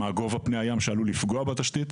מה גובה פני הים שעלול לפגוע בתשתית,